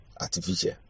artificial